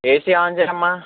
AC on చెయ్యండమ్మ